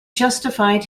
justified